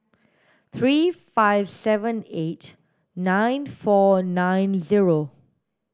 three five seven eight nine four nine zero